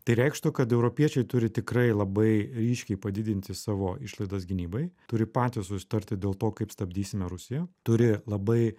tai reikštų kad europiečiai turi tikrai labai ryškiai padidinti savo išlaidas gynybai turi patys susitarti dėl to kaip stabdysime rusiją turi labai